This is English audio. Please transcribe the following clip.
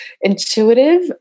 intuitive